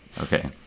Okay